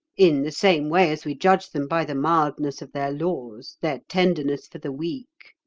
in the same way as we judge them by the mildness of their laws, their tenderness for the weak.